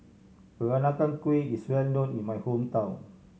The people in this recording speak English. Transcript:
Peranakan Kueh is well known in my hometown